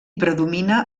predomina